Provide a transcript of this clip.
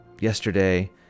Yesterday